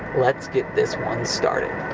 let's get this one started.